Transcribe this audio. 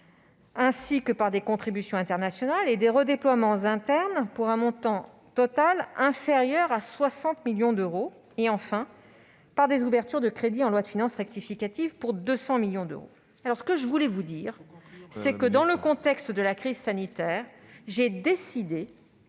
Défense », par des contributions internationales et redéploiements internes, pour un montant total inférieur à 60 millions d'euros et, enfin, par des ouvertures de crédits en loi de finances rectificative, pour 200 millions d'euros. Il faut conclure, madame la ministre. Dans le contexte de la crise sanitaire, j'ai décidé